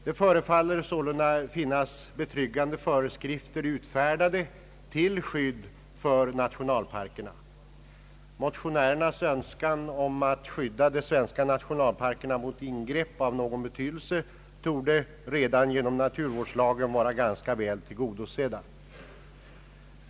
Det förefaller sålunda finnas betryggande föreskrifter utfärdade till skydd för nationalparkerna. Motionärernas önskan om att skydda de svenska nationalparkerna mot ingrepp av någon betydelse torde redan genom naturvårdslagen vara ganska väl tillgodosett.